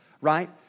right